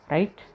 Right